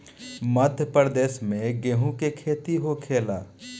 मध्यप्रदेश में गेहू के खेती होखेला